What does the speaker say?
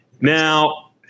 Now